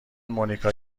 مونیکا